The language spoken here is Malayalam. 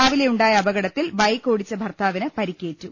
രാവിലെയുണ്ടായ അപകടത്തിൽ ബൈക്ക് ഓടിച്ച ഭർത്താവിന് പരിക്കേറ്റു